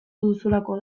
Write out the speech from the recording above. duzulako